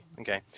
okay